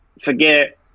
forget